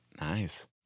Nice